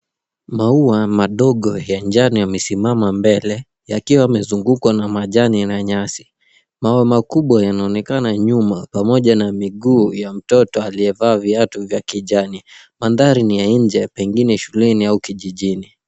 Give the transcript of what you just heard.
Maua madogo ya njano yamesimama mbele yakiwa yamezungukwa na majani na nyasi. Mawe makubwa yanaonekana nyuma pamoja na miguu ya mtoto aliyevaa viatu ya kijani. Mandhari ni ya nje pengine shuleni au kijini.